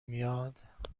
میاد